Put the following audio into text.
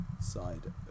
side